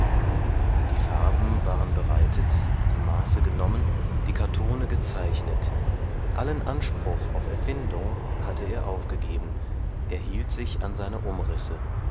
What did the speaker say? die farben waren bereitet die maße genommen die kartone gezeichnet allen anspruch auf erfindung hatte er aufgegeben er hielt sich an seine umrisse